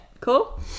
Cool